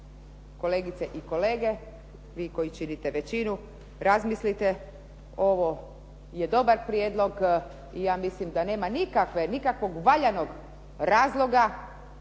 kolegice i kolege vi koji činite većinu razmislite. Ovo je dobar prijedlog i ja mislim da nema nikakvog valjanog razloga